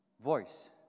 Voice